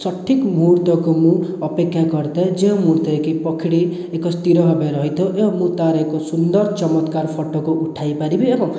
ସଠିକ୍ ମୂହୁର୍ତ୍ତକୁ ମୁଁ ଅପେକ୍ଷା କରିଥାଏ ଯେଉଁ ମୂହୁର୍ତ୍ତରେ କି ପକ୍ଷୀଟି ଏକ ସ୍ଥିର ଭାବରେ ରହିଥାଏ ଏବଂ ମୁଁ ତା'ର ଏକ ସୁନ୍ଦର ଚମତ୍କାର ଫଟୋକୁ ଉଠାଇପାରିବି ଏବଂ